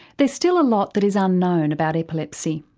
there's still a lot that is unknown about epilepsy.